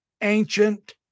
ancient